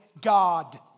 God